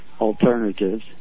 alternatives